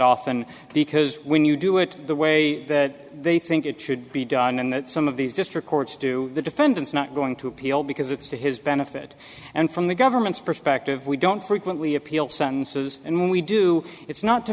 often because when you do it the way that they think it should be done and that some of these district courts do the defendant's not going to appeal because it's to his benefit and from the government's perspective we don't frequently appeal sons and we do it's not to